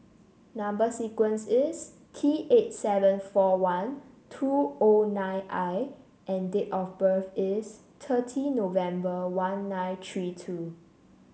number sequence is T eight seven four one two O nine I and date of birth is thirty November one nine three two